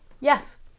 Yes